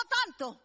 tanto